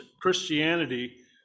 Christianity